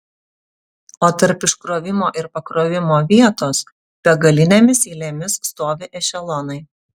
o tarp iškrovimo ir pakrovimo vietos begalinėmis eilėmis stovi ešelonai